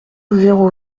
zéro